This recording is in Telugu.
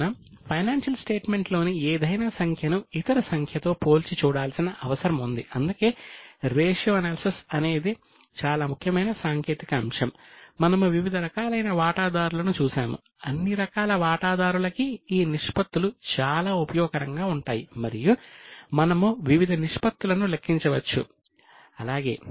కావున ఫైనాన్షియల్ స్టేట్మెంట్ను లెక్కించవచ్చు అలాగే